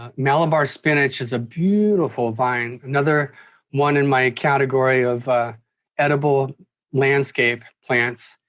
ah malabar spinach is a beautiful vine. another one in my category of edible landscape plants.